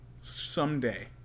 someday